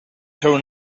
seu